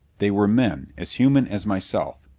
they were men, as human as myself!